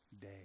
day